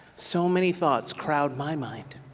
so many thoughts crowd my mind.